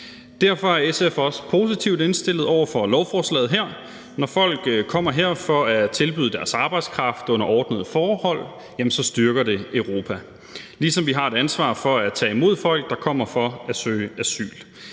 Derfor er SF også positivt indstillet over for lovforslaget her. Når folk kommer her for at tilbyde deres arbejdskraft under ordnede forhold, styrker det Europa – ligesom vi har et ansvar for at tage imod folk, der kommer for at søge asyl.